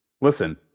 listen